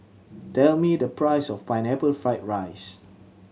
tell me the price of Pineapple Fried rice